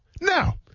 Now